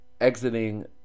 exiting